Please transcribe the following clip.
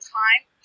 time